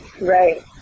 Right